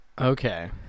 okay